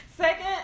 Second